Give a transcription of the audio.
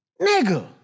Nigga